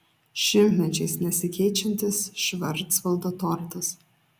šimtmečiais nesikeičiantis švarcvaldo tortas